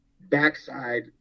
backside